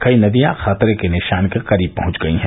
कई नदियां खतरे के निषान के करीब पहुंच गई हैं